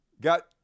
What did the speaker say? Got